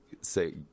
Say